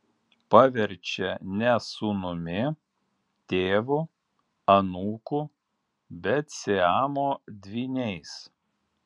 paverčia ne sūnumi tėvu anūku bet siamo dvyniais